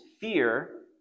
fear